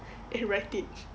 and write it